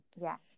yes